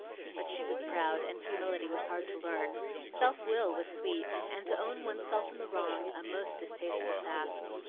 but she was proud, and humility was hard to learn self-will was sweet, and to own one's self in the wrong a most distasteful task.